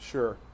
Sure